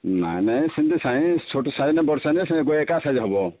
ନାହିଁ ନାହିଁ ସେମିତି ସାଇଜ ଛୋଟ ସାଇଜ ନାହିଁ ବଡ଼ ସାଇଜ ନାହିଁ ସେ ସବୁ ଏକା ସାଇଜ ହେବ